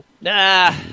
Nah